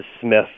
Smith